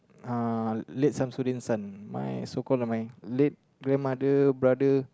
uh late Shamsuddin's son my so called like my late grandmother brother